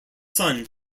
son